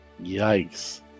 Yikes